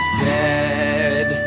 dead